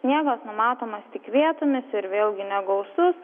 sniegas numatomas tik vietomis ir vėlgi negausus